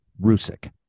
Rusick